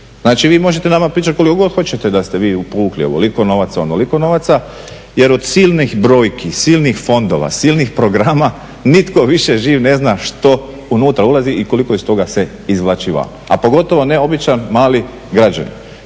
Znači, vi možete nama pričati koliko god hoćete da ste vi povukli ovoliko novaca, onoliko novaca. Jer od silnih brojki, silnih fondova, silnih programa nitko više živ ne zna što unutra ulazi i koliko iz toga se izvlači van, a pogotovo ne običan mali građanin.